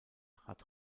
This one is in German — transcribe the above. hat